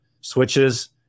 switches